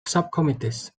subcommittees